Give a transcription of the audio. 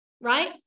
right